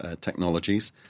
technologies